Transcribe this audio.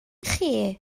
chi